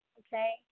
okay